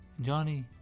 Johnny